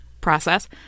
process